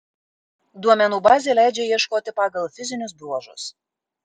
duomenų bazė leidžia ieškoti pagal fizinius bruožus